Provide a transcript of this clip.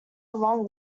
along